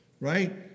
right